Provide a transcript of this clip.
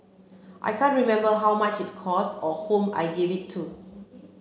I can't remember how much it cost or whom I gave it to